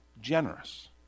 generous